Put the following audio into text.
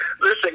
Listen